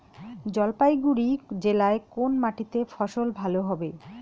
জলপাইগুড়ি জেলায় কোন মাটিতে ফসল ভালো হবে?